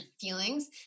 feelings